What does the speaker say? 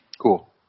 Cool